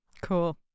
Cool